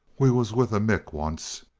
we was with a mick, once.